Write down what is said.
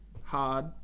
hard